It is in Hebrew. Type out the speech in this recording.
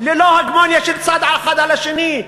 ללא הגמוניה של צד אחד על השני.